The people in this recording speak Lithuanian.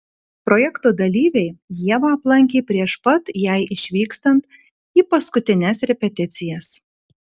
projekto dalyviai ievą aplankė prieš pat jai išvykstant į paskutines repeticijas